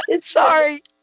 Sorry